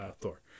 Thor